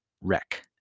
wreck